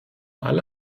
alle